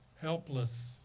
helpless